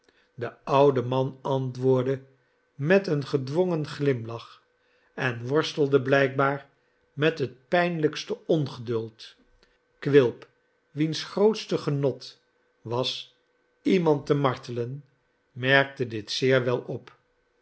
de oude man antwoordde met een gedwongen glimlach en worstelde blijkbaar met het pijnlijkste ongeduld quilp wiens grootste genot was iemand te martelen merkte dit zeer wel op